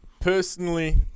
Personally